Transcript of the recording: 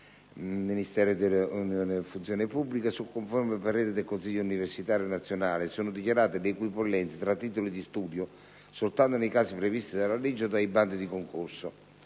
interministeriale MIUR-funzione pubblica), su conforme parere del Consiglio universitario nazionale, sono dichiarate le equipollenze tra titoli di studio soltanto nei casi previsti dalla legge o dai bandi di concorso